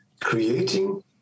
creating